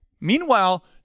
Meanwhile